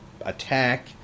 attack